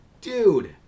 dude